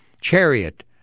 chariot